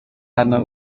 hano